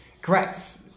Correct